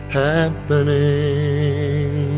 happening